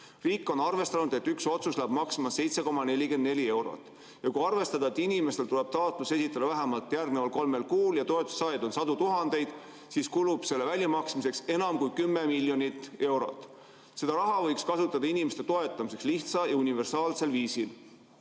Riik on arvestanud, et üks otsus läheb maksma 7,44 eurot. Kui arvestada, et inimestel tuleb taotlus esitada vähemalt järgneval kolmel kuul ja toetuse saajaid on sadu tuhandeid, siis kulub selle väljamaksmiseks enam kui 10 miljonit eurot. Seda raha võiks kasutada inimeste toetamiseks lihtsal ja universaalsel viisil